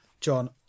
John